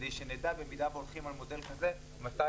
כדי שנדע במידה והולכים על מודל כזה מתי